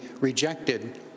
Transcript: rejected